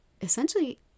essentially